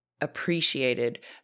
appreciated